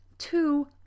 two